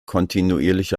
kontinuierliche